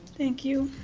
thank you.